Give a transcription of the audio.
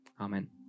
Amen